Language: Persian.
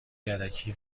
یدکی